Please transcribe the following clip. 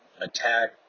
attack